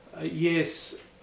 Yes